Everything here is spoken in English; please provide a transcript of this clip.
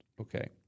Okay